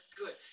good